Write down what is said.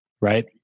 right